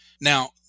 Now